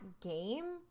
game